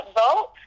vote